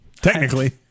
Technically